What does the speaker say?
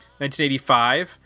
1985